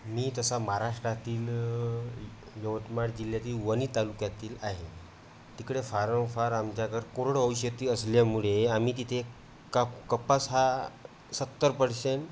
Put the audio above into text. मी तसा महाराष्ट्रातील यवतमाळ जिल्ह्यातील वणी तालुक्यातील आहे तिकडे फारफार आमच्याकर कोरडवाहू शेती असल्यामुळे आम्ही तिथे का कपास हा सत्तर पर्सेंट